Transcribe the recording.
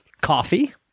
Coffee